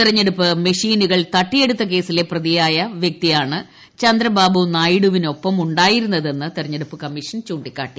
തെരഞ്ഞെടുപ്പ് മെഷീനുകൾ തട്ടിയെടുത്ത കേസിലെ പ്രതിയായ വ്യക്തിയാണ് ചന്ദ്രബാബുനായിഡുവിനൊപ്പം ഉണ്ടായിരുന്നതെന്ന് തെരഞ്ഞെടുപ്പ് കമ്മീഷൻ ചൂണ്ടിക്കാട്ടി